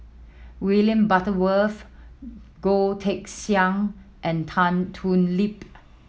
William Butterworth Goh Teck Sian and Tan Thoon Lip